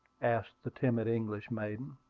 asked the timid english maiden.